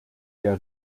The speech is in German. der